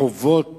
החובות